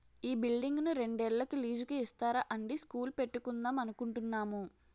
ఈ బిల్డింగును రెండేళ్ళకి లీజుకు ఇస్తారా అండీ స్కూలు పెట్టుకుందాం అనుకుంటున్నాము